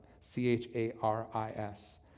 C-H-A-R-I-S